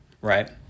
Right